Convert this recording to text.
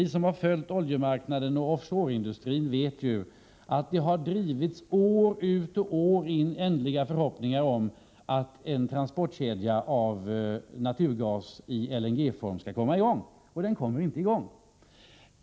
Vi som har följt oljemarknaden och offshoreindustrin vet ju att det år ut och år in har hysts oändliga förhoppningar om att en transportkedja av naturgas i LNG-form skall komma i gång. Men den kommer inte i gång.